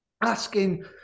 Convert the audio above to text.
Asking